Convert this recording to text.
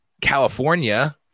California